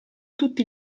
tutti